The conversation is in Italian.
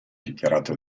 dichiarato